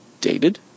dated